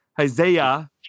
Isaiah